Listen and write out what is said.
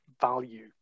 value